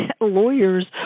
lawyers